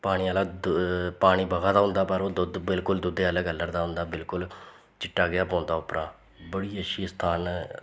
पानी आह्ला पानी बगा दा होंदा पर ओह् दुद्ध बिलकुल दुद्ध आह्ले कलर दा होंदा बिलकुल चिट्टा जेहा पौंदा उप्परा बड़ी अच्छी स्थान न